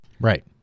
right